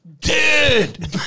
Dead